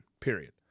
period